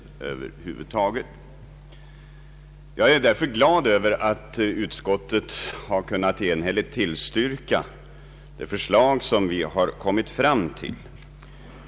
Jag är därför glad över att utskottet har kunnat enhälligt tillstyrka det förslag som vi har kommit fram till.